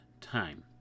time